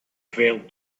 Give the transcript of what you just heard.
failed